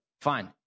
fine